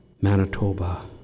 Manitoba